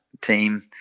team